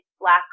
black